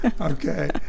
okay